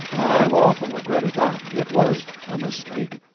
i've often regretted that it was a mistake.